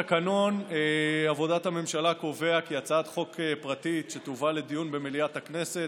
תקנון עבודת הממשלה קובע כי בהצעת חוק פרטית שתובא לדיון במליאת הכנסת,